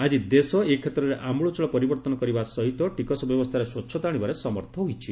ଆଜି ଦେଶ ଏ କ୍ଷେତ୍ରରେ ଅମ୍ଳଚ୍ଚଳ ପରିବର୍ଭନ କରିବା ସହିତ ଟିକସ ବ୍ୟବସ୍ଥାରେ ସ୍ୱଚ୍ଚତା ଆଣିବାରେ ସମର୍ଥ ହୋଇଛି